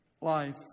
life